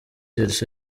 elsa